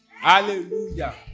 Hallelujah